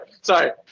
sorry